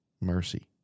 mercy